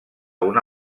una